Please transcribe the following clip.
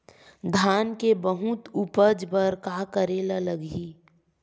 धान के बहुत उपज बर का करेला लगही?